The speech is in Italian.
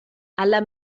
alla